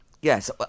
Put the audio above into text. Yes